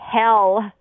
hell